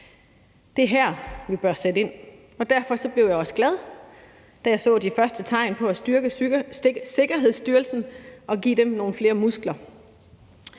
Det er her, vi bør sætte ind, og derfor blev jeg også glad, da de første tegn på at ville styrke Sikkerhedsstyrelsen og give dem nogle flere muskler